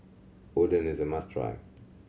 oden is a must try